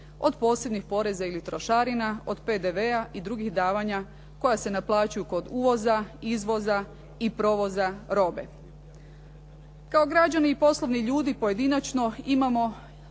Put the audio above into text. od posebnih poreza ili trošarina, od PDV-a i drugih davanja koja se naplaćuju kod uvoza, izvoza i provoza robe. Kao građani i poslovni ljudi pojedinačno imamo